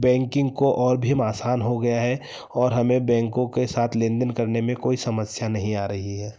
banking को और भी आसान हो गया है और हमें बैंकों के साथ लेनदेन करने में कोई समस्या नहीं आ रही है